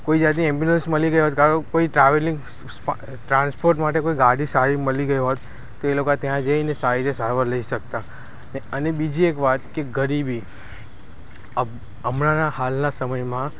કોઈ જાતની એમ્બ્યુલન્સ મળી ગઈ હોત કાં તો કોઈ ટ્રાવેલિંગ ટ્રાન્સપોર્ટ માટે કોઈ ગાડી સારી મળી ગઈ હોત તો એ લોકો ત્યાં જઈને સારી રીતે સારવાર લઈ શકતા અને બીજી એક વાત કે ગરીબી હમણાંના હાલના સમયમાં